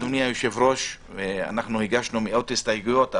אדוני היושב-ראש, אנחנו הגשנו מאות הסתייגויות.